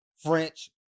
French